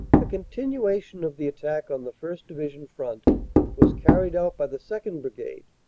the continuation of the attack on the first. division front was carried out by the second. brigade.